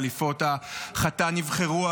חליפות החתן נבחרו,